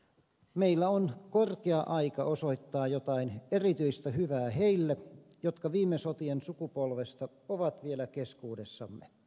meillä on korkea aika osoittaa jotain erityistä hyvää heille jotka viime sotien sukupolvesta ovat vielä keskuudessamme